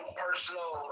personal